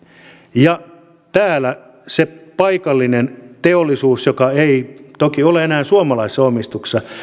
ja täällä se paikallinen teollisuus joka ei toki ole enää suomalaisessa omistuksessa